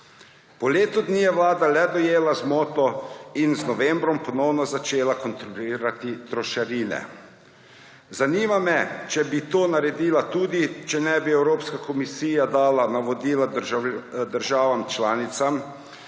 Po letu dni je vlada le dojela zmoto in z novembrom ponovno začela kontrolirati trošarine. Zanima me, če bi to naredila tudi, če ne bi Evropska komisija dala navodila državam članicam.